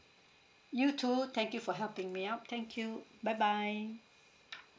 you too thank you for helping me up thank you bye bye